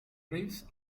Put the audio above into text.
riffs